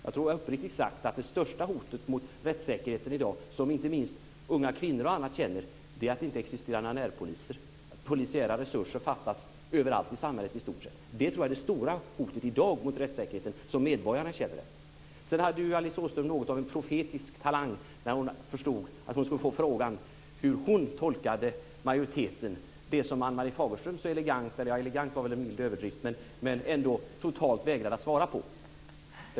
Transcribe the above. Jag tror uppriktigt sagt att det största hotet mot rättssäkerheten i dag, som inte minst unga kvinnor känner, är att det inte existerar några närpoliser. Polisiära resurser fattas överallt i samhället i stort sett. Det tror jag är det stora hotet mot rättssäkerheten i dag som medborgarna känner. Sedan hade Alice Åström något av en profetisk talang när hon förstod att hon skulle få frågan hur hon tolkar majoriteten, det som Ann-Marie Fagerström så elegant - elegant var väl en mild överdrift - totalt vägrade att svara på.